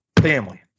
family